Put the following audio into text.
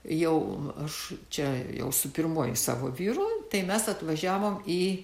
jau aš čia jau su pirmuoju savo vyru tai mes atvažiavom į